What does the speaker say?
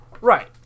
Right